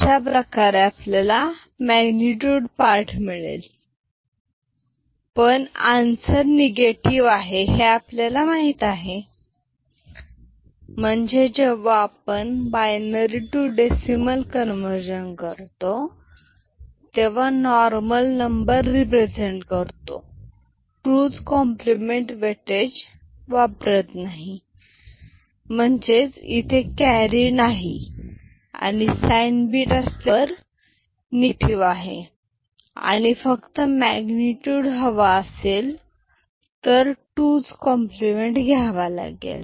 अशा प्रकारे आपल्याला मॅग्नेटयूड पार्ट मिळेल पण आंसर निगेटिव आहे हे आपल्याला माहित आहे म्हणजे जेव्हा आपण बायनरी टू डेसिमल कन्वर्जन करतो तेव्हा नॉर्मल नंबर रिप्रेझेंट करतो 2s कॉम्प्लिमेंट वेटेज वापरत नाही म्हणजेच इथे कॅरी नाही आणि साइन बीट असल्यामुळे नंबर निगेटिव्ह आहे आणि फक्त मॅग्नेटयूड हवा असेल तर 2s कॉम्प्लिमेंट घ्यावा लागेल